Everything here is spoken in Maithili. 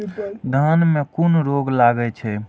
धान में कुन रोग लागे छै?